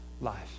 life